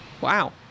Wow